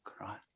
right